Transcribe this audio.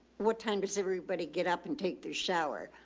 what time does everybody get up and take their shower?